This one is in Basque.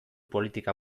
politika